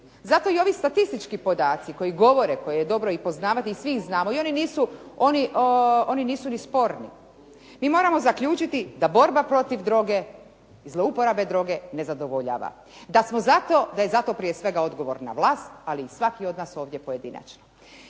Zato i ovi statistički podaci koji govore, koje je dobro i poznavati i svi ih znamo i oni nisu ni sporni. Mi moramo zaključiti da borba protiv droge i zlouporabe droge ne zadovoljava, da je za to prije svega odgovorna vlast ali i svaki od nas ovdje pojedinačno.